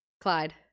Clyde